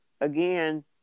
again